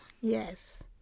Yes